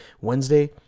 Wednesday